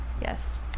yes